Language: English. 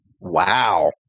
Wow